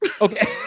Okay